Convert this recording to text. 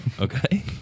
okay